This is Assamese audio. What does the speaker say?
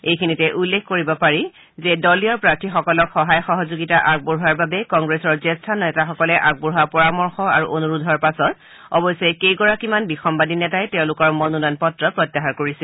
এইখিনিতে উল্লেখ কৰিব পাৰি যে দলীয় প্ৰাৰ্থীসকলৰ সহায় সহযোগিতা আগবঢ়োৱাৰ বাবে কংগ্ৰেছৰ জ্যেষ্ঠ নেতাসকলে আগবঢ়োৱা পৰামৰ্শ আৰু অনুৰোধৰ পাছত কেইগৰাকীমান বিসম্বাদী নেতাই তেওঁলোকৰ মনোনয়ন পত্ৰ প্ৰত্যাহাৰ কৰিছিল